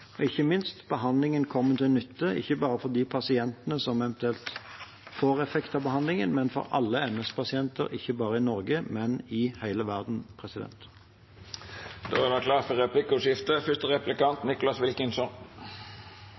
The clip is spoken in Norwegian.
og – ikke minst – behandlingen kommer til nytte ikke bare for de pasientene som eventuelt får effekt av behandlingen, men for alle MS-pasienter – ikke bare i Norge, men i hele verden. Det vert replikkordskifte. SV har skrevet en merknad for